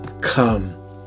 come